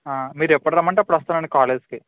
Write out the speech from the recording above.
మీరు ఎప్పుడు రమ్మంటే అప్పుడు వస్తానండి కాలేజ్కి